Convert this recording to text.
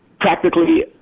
practically